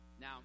Now